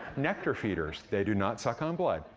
nectar feeders. they do not suck on blood,